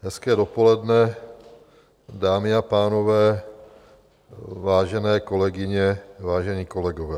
Hezké dopoledne, dámy a pánové, vážení kolegyně, vážení kolegové.